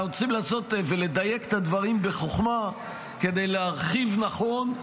אנחנו צריכים לנסות ולדייק את הדברים בחוכמה כדי להרחיב נכון,